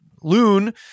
loon